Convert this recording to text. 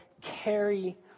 carry